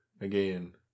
again